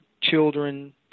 children